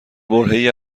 برههای